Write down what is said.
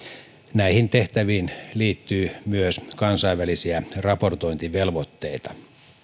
näihin tehtäviin liittyy myös kansainvälisiä raportointivelvoitteita